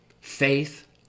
faith